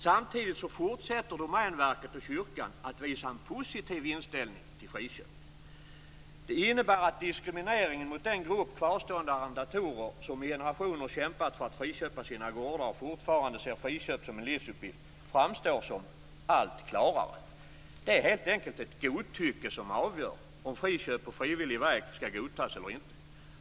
Samtidigt fortsätter Domänverket och kyrkan att visa en positiv inställning till friköp. Det innebär att diskrimineringen mot den grupp av kvarstående arrendatorer som i generationer kämpat för att friköpa sina gårdar och fortfarande ser friköp som en livsuppgift framstår som allt klarare. Det är helt enkelt ett godtycke som avgör om friköp på frivillig väg skall godtas eller inte.